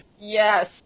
Yes